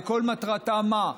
וכל מטרתה מה?